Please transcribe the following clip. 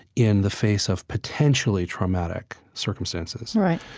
in the face of potentially traumatic circumstances right